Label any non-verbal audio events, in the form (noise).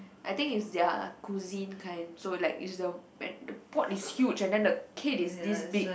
I think is their cuisine kind so like is the (noise) pot is huge the head is these big